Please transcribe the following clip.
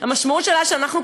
המשמעות שלה שאנחנו,